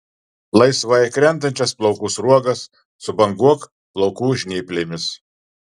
laisvai krentančias plaukų sruogas subanguok plaukų žnyplėmis